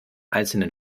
einzelnen